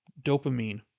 dopamine